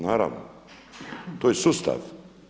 Naravno, to je sustav.